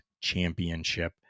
championship